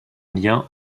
lien